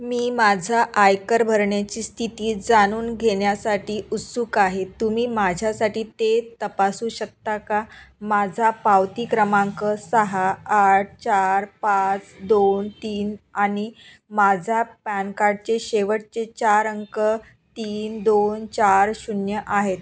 मी माझा आयकर भरण्याची स्थिती जाणून घेण्यासाठी उत्सुक आहे तुम्ही माझ्यासाठी ते तपासू शकता का माझा पावती क्रमांक सहा आठ चार पाच दोन तीन आणि माझा पॅन कार्डचे शेवटचे चार अंक तीन दोन चार शून्य आहेत